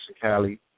Cali